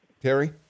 Terry